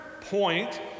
point